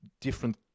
different